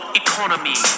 economy